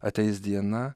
ateis diena